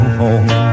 home